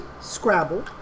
Scrabble